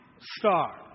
star